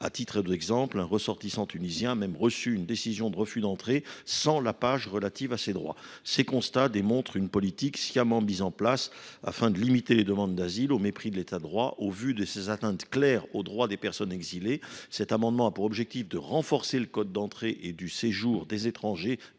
À titre d’exemple, un ressortissant tunisien a même reçu une décision de refus d’entrée sans la page relative à ces droits. Ces constats traduisent une politique sciemment mise en place afin de limiter les demandes d’asile, au mépris de l’État de droit. Au regard de ces atteintes claires aux droits des personnes exilées, cet amendement a pour objet de renforcer le code de l’entrée et du séjour des étrangers